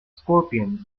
scorpions